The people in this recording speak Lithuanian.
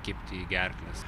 kibti į gerkles